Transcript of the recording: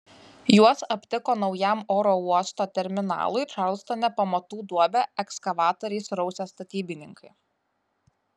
juos aptiko naujam oro uosto terminalui čarlstone pamatų duobę ekskavatoriais rausę statybininkai